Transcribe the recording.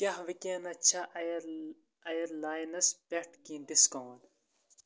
کیٛاہ وٕنۍکینس چھا اَیَر اَیَر لاینَس پیٹھ کیٚنہہ ڈِسکاوُنٛٹ